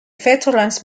veterans